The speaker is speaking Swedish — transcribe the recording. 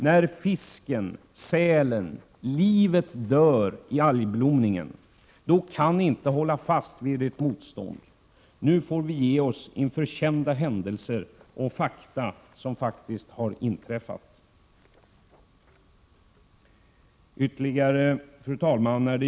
När fisken, sälen och livet dör i algblomningen, då kan ni inte hålla fast vid ert motstånd! Nu får vi ge oss inför inträffade händelser. Fru talman!